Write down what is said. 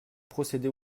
procéder